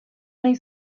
nahi